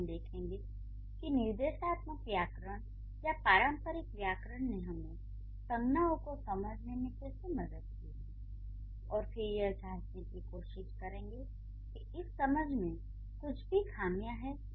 अब हम देखेंगे कि निर्देशात्मक व्याकरण या पारंपरिक व्याकरण ने हमें संज्ञाओं को समझने में कैसे मदद की है और फिर यह जांचने की कोशिश करेंगे कि इस समझ में कुछ भी खामियाँ हैं